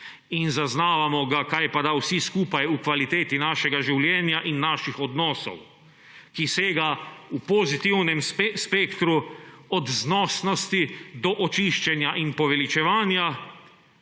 In zaznavamo ga kajpada vsi skupaj v kvaliteti našega življenja in naših odnosov, ki sega v pozitivnem spektru od znosnosti do očiščenja in poveličevanja,